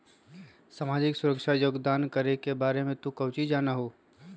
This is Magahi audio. सामाजिक सुरक्षा योगदान करे के बारे में तू काउची जाना हुँ?